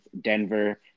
denver